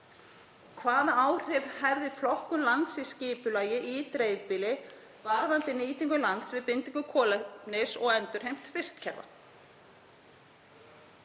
Hvaða áhrif hefði flokkun lands í skipulagi í dreifbýli varðandi nýtingu lands við bindingu kolefnis og endurheimt vistkerfa?